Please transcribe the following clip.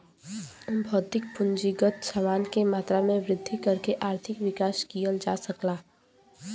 भौतिक पूंजीगत समान के मात्रा में वृद्धि करके आर्थिक विकास किहल जा सकला